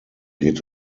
geht